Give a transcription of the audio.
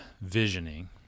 visioning